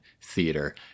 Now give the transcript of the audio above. theater